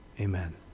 Amen